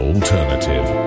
Alternative